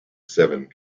seven